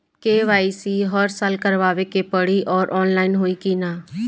KYC हर साल करवावे के पड़ी और ऑनलाइन होई की ना?